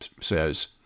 says